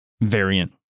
variant